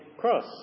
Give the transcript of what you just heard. cross